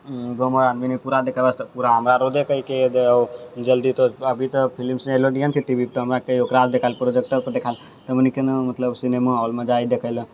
गाँव नी आदमी पूरा देखै वास्ते कि पूरा हमरा रोजे कहिके दैयै हो जल्दी कर अभी तऽ फिल्म सनि एलो नै है टी वी पर हमरा कहियौ काल देखैले प्रोजेक्टरपर देखा तऽ हमनि केना मतलब सिनेमा हाँलमे जाइ देखैले